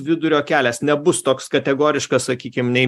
vidurio kelias nebus toks kategoriškas sakykim nei